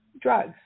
drugs